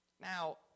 Now